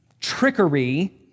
trickery